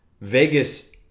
Vegas